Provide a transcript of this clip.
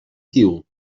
xxi